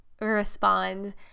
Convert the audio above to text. respond